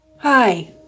Hi